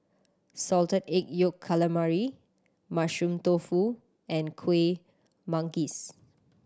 Salted Egg Yolk Calamari Mushroom Tofu and Kueh Manggis